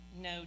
no